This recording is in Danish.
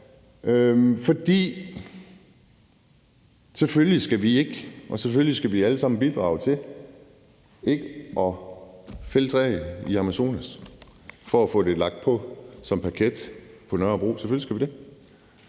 og det ved ministeren også godt. Selvfølgelig skal vi alle sammen bidrage til ikke at fælde træ i Amazonas for at få det lagt på som parket på Nørrebro. Selvfølgelig skal vi ikke